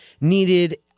needed